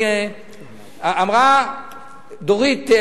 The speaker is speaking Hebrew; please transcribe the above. אמרה דורית,